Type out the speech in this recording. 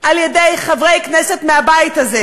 על-ידי חברי כנסת מהבית הזה,